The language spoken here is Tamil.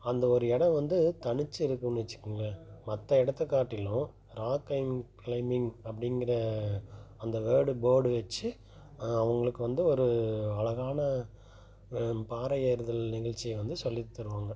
அந்த ஒரு இடம் வந்து தனிச்சு இருக்குன்னு வெச்சுக்கோங்களேன் மற்ற இடத்தக் காட்டிலும் ராக் கிளைமிங் கிளைமிங் அப்படிங்கிற அந்த வேர்டு போர்டு வெச்சு அவங்களுக்கு வந்து ஒரு அழகான பாறை ஏறுதல் நிகழ்ச்சியை வந்து சொல்லித்தருவாங்க